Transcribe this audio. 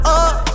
up